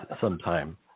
sometime